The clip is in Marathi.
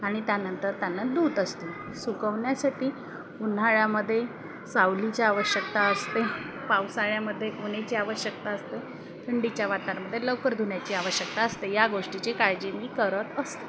आणि त्यानंतर त्यांना धूत असते सुकवण्यासाठी उन्हाळ्यामध्ये सावलीची आवश्यकता असते पावसाळ्यामध्ये उन्हाची आवश्यकता असते थंडीच्या वातारामध्ये लवकर धुण्याची आवश्यकता असते या गोष्टीची काळजी मी करत असते